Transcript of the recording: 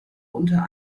unter